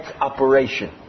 operation